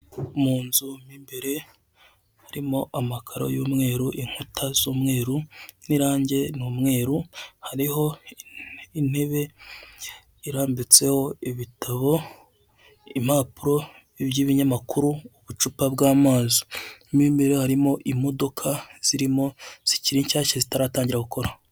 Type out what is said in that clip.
Mu nzu mu imbere harimo amakaro y'umweru, inkuta z'umweru n'irangi ni umweru, hariho intebe irambitseho ibitabo, impapuro by'ibinyamakuru, ubucupa bw'amazi, mu imbere harimo imodoka zirimo zikiri nshyashya zitaratangira gukora.